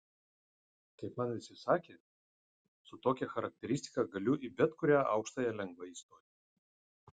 kaip man visi sakė su tokia charakteristika galiu į bet kurią aukštąją lengvai įstoti